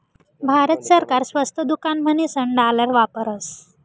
भारत सरकार स्वस्त दुकान म्हणीसन डालर वापरस